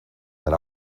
that